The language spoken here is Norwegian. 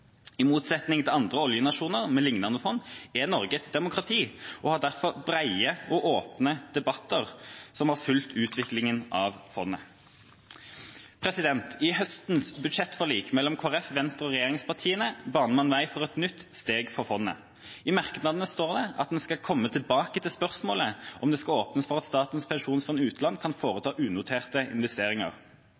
I motsetning til andre oljenasjoner med lignende fond er Norge et demokrati og har derfor brede og åpne debatter som har fulgt utviklinga av fondet. I høstens budsjettforlik mellom Kristelig Folkeparti, Venstre og regjeringspartiene baner en vei for et nytt steg for fondet. I merknadene står det at en skal komme «tilbake til spørsmålet om det skal åpnes for at Statens pensjonsfond utland kan foreta unoterte investeringer»